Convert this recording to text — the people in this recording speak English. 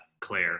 Claire